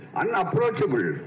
unapproachable